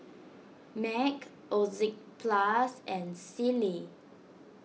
Mac Oxyplus and Sealy